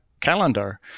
calendar